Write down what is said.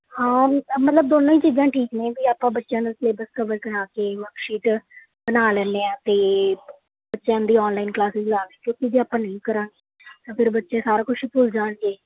ਹਾਂ ਮਤਲਬ ਦੋਨੋਂ ਹੀ ਚੀਜ਼ਾਂ ਠੀਕ ਨੇ ਵੀ ਆਪਾਂ ਬੱਚਿਆਂ ਨੂੰ ਸਿਲੇਬਸ ਕਵਰ ਕਰਾ ਕੇ ਵਰਕਸ਼ੀਟ ਬਣਾ ਲੈਂਦੇ ਹਾਂ ਅਤੇ ਬੱਚਿਆਂ ਦੀ ਔਨਲਾਈਨ ਕਲਾਸਿਜ ਲਾ ਲਈ ਕਿਉਂਕਿ ਜੇ ਆਪਾਂ ਨਹੀਂ ਕਰਾਂਗੇ ਤਾਂ ਫੇਰ ਬੱਚੇ ਸਾਰਾ ਕੁਛ ਭੁੱਲ ਜਾਣਗੇ